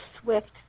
Swift